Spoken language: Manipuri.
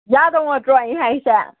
ꯌꯥꯗꯧ ꯅꯠꯇ꯭ꯔꯣ ꯑꯩ ꯍꯥꯏꯁꯦ